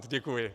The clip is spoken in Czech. Děkuji.